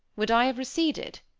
would i have receded?